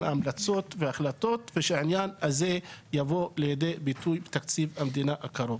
המלצות והחלטות ושהעניין הזה יבוא לידי ביטוי בתקציב המדינה הקרוב.